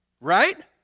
right